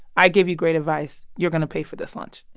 i give you great advice. you're going to pay for this lunch.